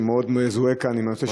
שמאוד מזוהה כאן עם הנושא של מירון,